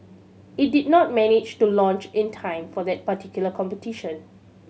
it did not manage to launch in time for that particular competition